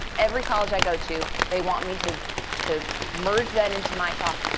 every college i go to, they want me to to merge that into my talk.